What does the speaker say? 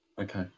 Okay